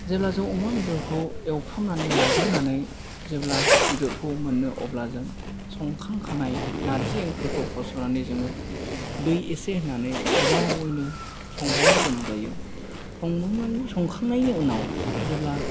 जेब्ला जों अमा बेदरखौ एवफ्रामनानै लाग्रोनानै जेब्ला बेदरखौ मोनो अब्लाजों संखांखानाय नार्जि ओंख्रिखौ होसननानै जोङो दै इसे होनानै गोबावैनो संबावनो गोनां जायो संबावनायनि संखांनायनि उनाव जेब्ला